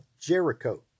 Jericho